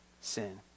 sin